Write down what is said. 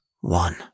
one